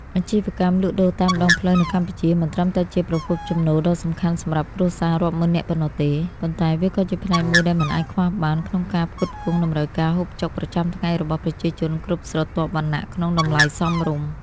អាជីវកម្មលក់ដូរតាមដងផ្លូវនៅកម្ពុជា មិនត្រឹមតែជាប្រភពចំណូលដ៏សំខាន់សម្រាប់គ្រួសាររាប់ម៉ឺននាក់ប៉ុណ្ណោះទេ ប៉ុន្តែវាក៏ជាផ្នែកមួយដែលមិនអាចខ្វះបានក្នុងការផ្គត់ផ្គង់តម្រូវការហូបចុកប្រចាំថ្ងៃរបស់ប្រជាជនគ្រប់ស្រទាប់វណ្ណៈក្នុងតម្លៃសមរម្យ។